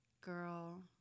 Girl